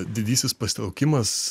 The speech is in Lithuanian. didysis pasitraukimas